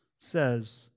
says